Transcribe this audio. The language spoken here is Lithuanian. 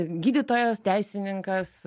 gydytojas teisininkas